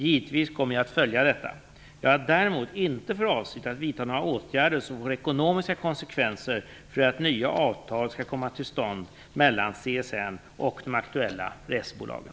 Givetvis kommer jag att följa detta. Jag har däremot inte för avsikt att vidta några åtgärder som får ekonomiska konsekvenser för att nya avtal skall komma till stånd mellan CSN och de aktuella resebolagen.